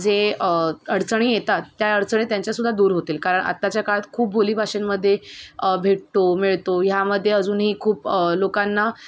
जे अडचणी येतात त्या अडचणी त्यांच्यासुद्धा दूर होतील कारण आत्ताच्या काळात खूप बोली भाषेंमध्ये भेटतो मिळतो ह्यामध्ये अजूनही खूप लोकांना